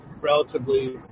relatively